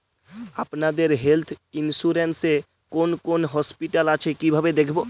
আপনাদের health insurance এ কোন কোন হসপিটাল আছে কিভাবে দেখবো?